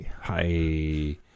Hi